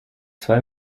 zwei